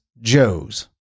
Joes